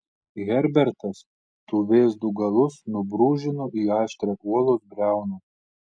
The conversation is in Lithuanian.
herbertas tų vėzdų galus nubrūžino į aštrią uolos briauną